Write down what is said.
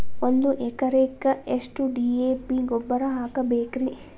ಒಂದು ಎಕರೆಕ್ಕ ಎಷ್ಟ ಡಿ.ಎ.ಪಿ ಗೊಬ್ಬರ ಹಾಕಬೇಕ್ರಿ?